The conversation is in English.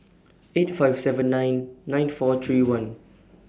eight five seven nine nine four three one